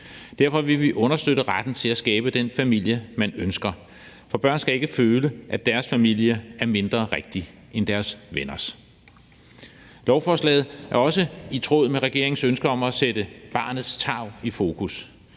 Derfor vil vi understøtte retten til at skabe den familie, man ønsker. For børn skal ikke føle, at deres familie er mindre rigtig end deres venners. Lovforslaget er også i tråd med regeringens ønske om at sætte barnets tarv i fokus,